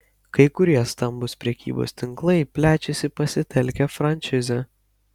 kai kurie stambūs prekybos tinklai plečiasi pasitelkę frančizę